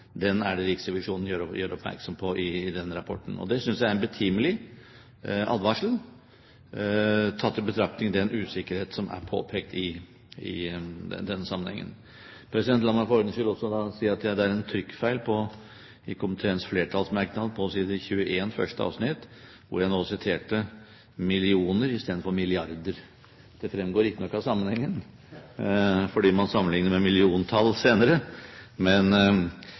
Riksrevisjonen gjør oppmerksom på i denne rapporten. Det synes jeg er en betimelig advarsel, tatt i betraktning den usikkerheten som er påpekt i den sammenhengen. La meg for ordens skyld si at det er en trykkfeil i komiteens flertallsmerknad på side 21, første spalte, hvor jeg nå siterte millioner i stedet for milliarder. Det fremgår riktignok av sammenhengen, fordi man sammenligner med milliontall senere, men